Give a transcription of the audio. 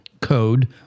code